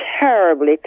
terribly